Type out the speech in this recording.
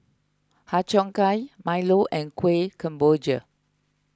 Har Cheong Gai Milo and Kuih Kemboja